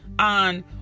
On